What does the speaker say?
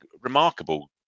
remarkable